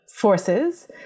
forces